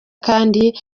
kandi